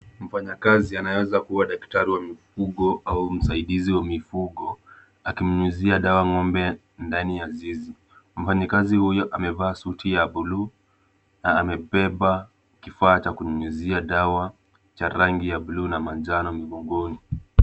Mfanyakazi anaweza kuwa daktari wa mifugo au msaidizi wa mifugo, akinyunyizia dawa ng'ombe ndani ya zizi. Mfanyakazi huyu amevaa suti ya buluu na amebeba kifaa cha kunyunyizia dawa cha rangi ya buluu na manjano mgongoni.